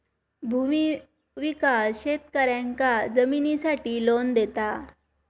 भूमि विकास शेतकऱ्यांका जमिनीसाठी लोन देता